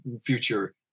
future